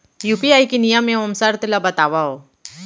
UPI के नियम एवं शर्त ला बतावव